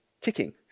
ticking